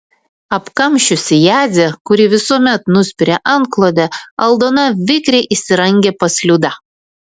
apkamšiusi jadzę kuri visuomet nuspiria antklodę aldona vikriai įsirangę pas liudą